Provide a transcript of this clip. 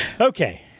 Okay